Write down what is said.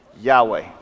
Yahweh